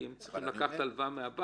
כי הם צריכים לקחת הלוואה מהבנקים.